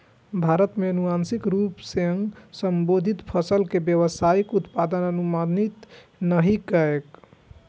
भारत मे आनुवांशिक रूप सं संशोधित फसल के व्यावसायिक उत्पादनक अनुमति नहि छैक